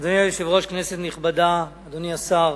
אדוני היושב-ראש, כנסת נכבדה, אדוני השר,